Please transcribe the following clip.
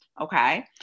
okay